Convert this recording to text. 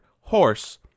horse